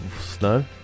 Snow